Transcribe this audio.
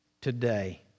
today